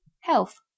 Health